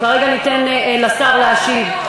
כרגע ניתן לשר להשיב.